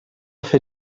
fer